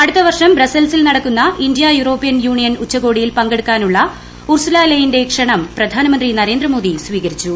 അടുത്തവർഷം ബ്രസൽസിൽ നടക്കുന്ന ഇന്ത്യ യൂറോപ്യൻ യൂണിയൻ ഉച്ചകോടിയിൽ പങ്കെടുക്കാനുള്ള ഉർസുല ലെയിനിന്റെ ക്ഷണം പ്രധാനമന്ത്രി നരേന്ദ്രമോദി സ്വീകരിച്ചു